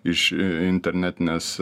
iš internetinės